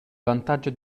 vantaggio